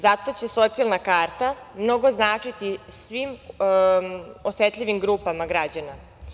Zato će socijalna karta mnogo značiti svim osetljivim grupama građana.